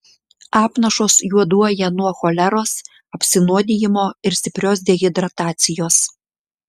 apnašos juoduoja nuo choleros apsinuodijimo ir stiprios dehidratacijos